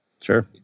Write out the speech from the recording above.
sure